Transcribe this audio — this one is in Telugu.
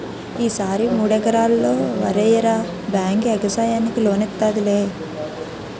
ఈ సారి మూడెకరల్లో వరెయ్యరా బేంకు యెగసాయానికి లోనిత్తాదిలే